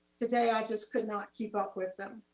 today, i just could not keep up with them.